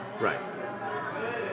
Right